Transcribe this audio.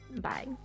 bye